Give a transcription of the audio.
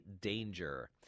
Danger